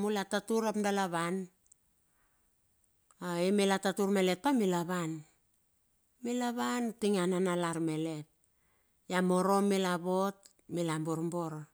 mula tatur ap dala wan mila tatur melet pa mila wan. Mila wan tinge ananalar melet. A morom mila vot mila borbor,